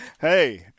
Hey